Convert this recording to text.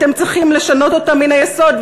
אתם צריכים לשנות אותה מן היסוד.